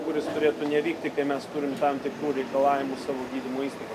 kur jis turėtų nevykti kai mes turim tam tikrų reikalavimų savo gydymo įstaigos